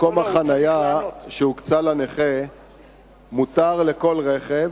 מקום החנייה שהוקצה לנכה מותר לכל רכב,